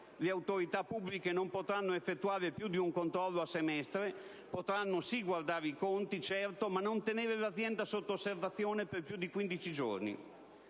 le autorità pubbliche non potranno effettuare più di un controllo a semestre; potranno guardare i conti, certo, ma non tenere l'azienda sotto osservazione per più di 15 giorni.